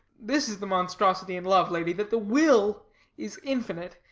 this is the monstruosity in love, lady, that the will is infinite,